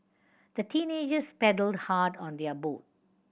the teenagers paddled hard on their boat